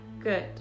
Good